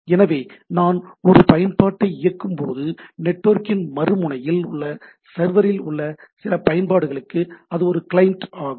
எனவே நான் ஒரு பயன்பாட்டை இயக்கும்போது நெட்வொர்க்கின் மறுமுனையில் உள்ள சர்வரில் உள்ள சில பயன்பாடுகளுக்கு அது ஒரு கிளையன்ட் ஆகும்